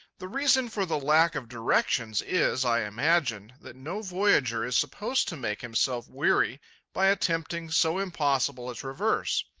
the reason for the lack of directions is, i imagine, that no voyager is supposed to make himself weary by attempting so impossible a traverse.